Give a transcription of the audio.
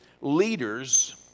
leaders